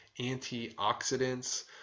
antioxidants